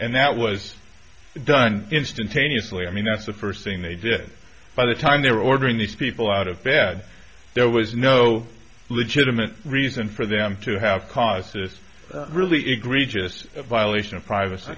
and that was done instantaneously i mean that's the first thing they did by the time they were ordering these people out of bed there was no legitimate reason for them to have caused this really egregious violation of privacy